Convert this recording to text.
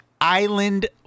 Island